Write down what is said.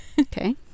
Okay